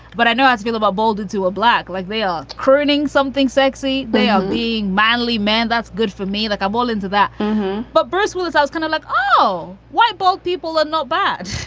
but i know how to be the butt bolded to a black like male crooning something sexy they are being manly, man. that's good for me. like i'm all into that but bruce willis, i was kind of like, oh, why? bald people are not bad.